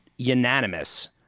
unanimous